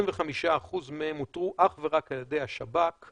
כש-25% מהם אותרו אך ורק על ידי השב"כ,